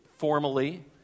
formally